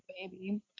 baby